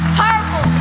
powerful